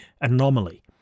anomaly